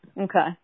Okay